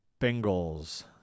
Bengals